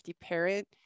parent